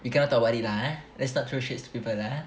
you cannot talk about it lah eh let's not throw shade to people lah eh